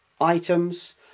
items